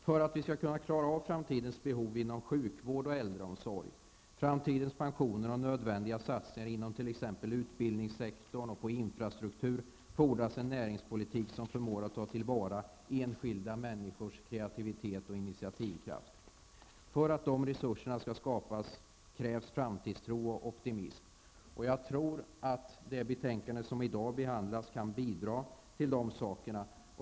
För att vi skall kunna klara av framtidens behov inom sjukvård och äldreomsorg, framtidens pensioner och nödvändiga satsningar inom t.ex. utbildningssektorn och på infrastrukturområdet, fordras en näringspolitik som förmår ta till vara enskilda människors kreativitet och initiativkraft. För att de resurserna skall skapas krävs framtidstro och optimism, och jag tror att det betänkande som i dag behandlas kan bidra till detta.